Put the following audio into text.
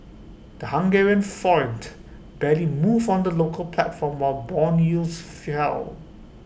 the Hungarian forint barely moved on the local platform while Bond yields fell